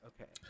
okay